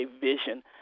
vision